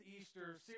Easter